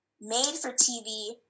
made-for-TV